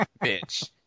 bitch